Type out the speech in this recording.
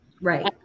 Right